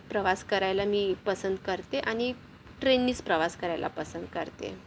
प्रवास करायला मी पसंत करते आणि ट्रेननेच प्रवास करायला पसंत करते